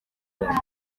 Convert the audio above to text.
buhinzi